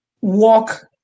walk